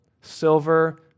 silver